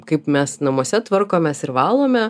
kaip mes namuose tvarkomės ir valome